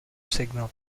signal